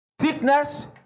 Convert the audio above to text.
Sickness